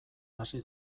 hasi